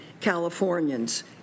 Californians